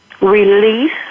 release